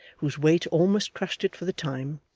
whose weight almost crushed it for the time,